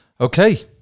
Okay